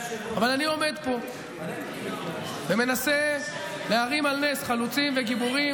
אבל אני עומד פה ומנסה להעלות על נס חלוצים וגיבורים.